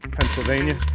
Pennsylvania